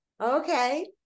Okay